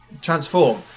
transform